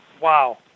wow